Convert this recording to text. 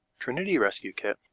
trinity rescue kit,